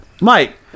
Mike